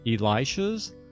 Elisha's